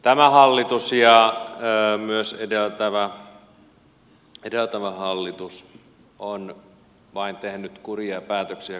tämä hallitus ja myös edeltävä hallitus ovat tehneet vain kurjia päätöksiä kurjien perään